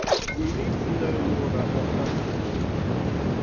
we need to know more about what happened during that month.